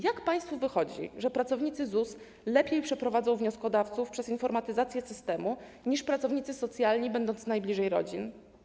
Jak państwu wychodzi, że pracownicy ZUS lepiej przeprowadzą wnioskodawców przez informatyzację systemu niż pracownicy socjalni, będący najbliżej rodzin?